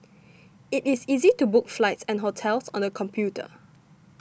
it is easy to book flights and hotels on the computer